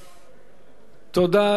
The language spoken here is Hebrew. תודה לסגן מזכיר הכנסת.